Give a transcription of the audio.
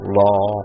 law